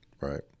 Right